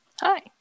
Hi